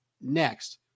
next